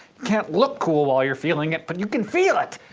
can't look cool while you're feeling it but you can feel it.